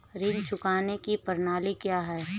ऋण चुकाने की प्रणाली क्या है?